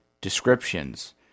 descriptions